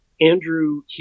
Andrew